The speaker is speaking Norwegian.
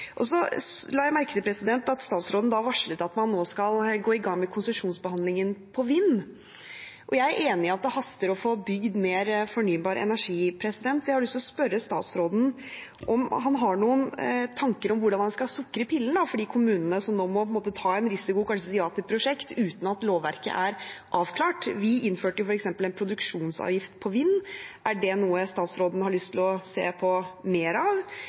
la merke til at statsråden varslet at man nå skal gå i gang med konsesjonsbehandlingen for vindkraft. Jeg er enig i at det haster med å få bygd mer fornybar energi. Jeg har lyst til å spørre statsråden om han har noen tanker om hvordan man skal sukre pillen for de kommunene som nå kanskje må ta en risiko og si ja til prosjekter, uten at lovverket er avklart. Vi innførte f.eks. en produksjonsavgift på vindkraft. Er det noe statsråden har lyst til å se mer av?